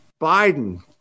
Biden